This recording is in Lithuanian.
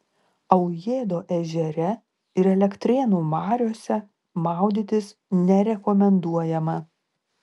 aujėdo ežere ir elektrėnų mariose maudytis nerekomenduojama